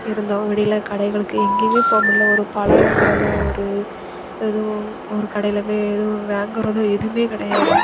இருந்தோம் வெளியில கடைகளுக்கு எங்கேயுமே போக முடியலை ஒரு பழம் வாங்குறதோ ஒரு எதுவும் ஒரு கடையில போய் எதுவும் வாங்குறதோ எதுவுமே கிடையாது